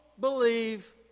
believe